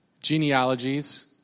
genealogies